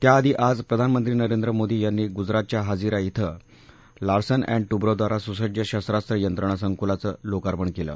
त्याधी आज प्रधानमंत्री नरेंद्र मोदी यांनी गुजरातच्या हजीरा इथं लार्सन अण्ड ुंबो द्वारा सुसज्ज शस्त्रास्व यंत्रणा संकुलाचं लोकार्पण केलं